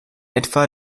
etwa